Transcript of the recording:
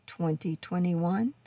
2021